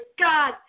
God